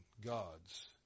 God's